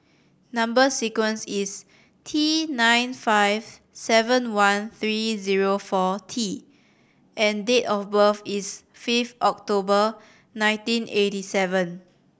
number sequence is T nine five seven one three zero four T and date of birth is fifth October nineteen eighty seven